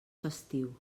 festiu